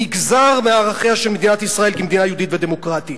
נגזר מערכיה של מדינת ישראל כמדינה יהודית ודמוקרטית".